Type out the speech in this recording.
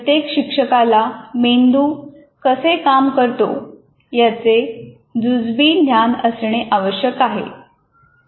प्रत्येक शिक्षकाला मेंदू कसे काम करतो याचे जुजबी ज्ञान असणे आवश्यक आहे